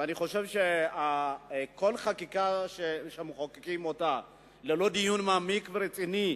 ואני חושב שכל חקיקה שמחוקקים ללא דיון מעמיק ורציני,